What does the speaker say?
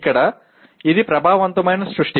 ఇక్కడ ఇది ప్రభావవంతమైన సృష్టి